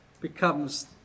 becomes